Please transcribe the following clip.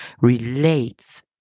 relates